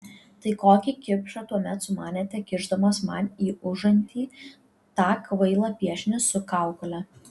tai kokį kipšą tuomet sumanėte kišdamas man į užantį tą kvailą piešinį su kaukole